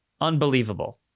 unbelievable